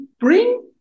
bring